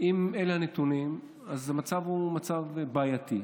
אם אלו הנתונים אז המצב הוא מצב בעייתי.